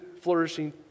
flourishing